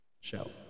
Show